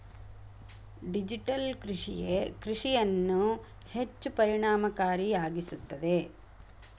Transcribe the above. digital ಕೃಷಿಯೇ ಕೃಷಿಯನ್ನು ಹೆಚ್ಚು ಪರಿಣಾಮಕಾರಿಯಾಗಿಸುತ್ತದೆ